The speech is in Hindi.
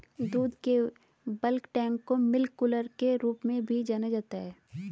दूध के बल्क टैंक को मिल्क कूलर के रूप में भी जाना जाता है